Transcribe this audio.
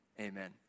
amen